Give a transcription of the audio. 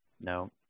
No